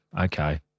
Okay